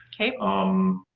okay. um,